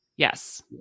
Yes